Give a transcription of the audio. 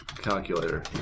calculator